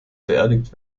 beerdigt